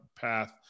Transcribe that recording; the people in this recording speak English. path